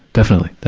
definitely.